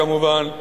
כמובן,